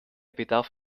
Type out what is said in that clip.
bedarf